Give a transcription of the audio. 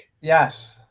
Yes